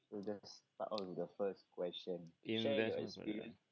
let's start of with the first question investment